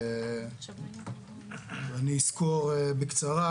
אני אסקור בקצרה